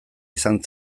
izan